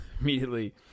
immediately